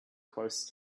close